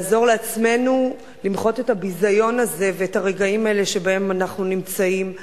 לעזור לעצמנו למחות את הביזיון הזה ואת הרגעים האלה שבהם אנחנו נמצאים.